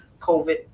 COVID